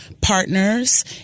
partners